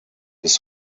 bis